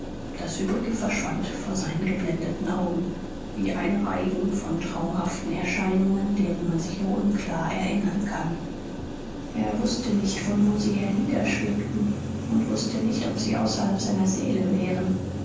das übrige verschwand vor seinen geblendeten augen wie ein reigen von traumhaften erscheinungen deren man sich nur unklar erinnern kann er wußte nicht von wo sie herniederschwebten und wußte nicht ob sie außerhalb seiner seele wären